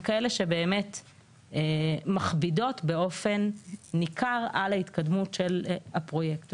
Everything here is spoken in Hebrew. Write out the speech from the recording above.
כאלה שמכבידות באופן ניכר על ההתקדמות של הפרויקט.